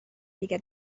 دیگه